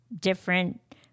different